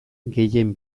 gehien